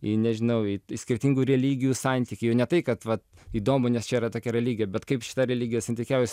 į nežinau į skirtingų religijų santykį jau ne tai kad vat įdomu nes čia yra tokia religija bet kaip šita religija santykiauja